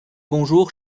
bonjour